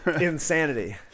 insanity